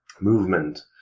movement